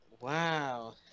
Wow